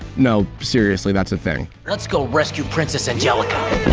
no, seriously, that's a thing. let's go rescue princess angelica.